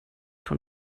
von